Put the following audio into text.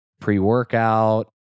pre-workout